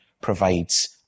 provides